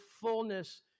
fullness